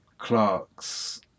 Clarks